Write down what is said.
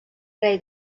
rei